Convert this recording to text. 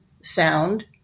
sound